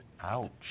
Ouch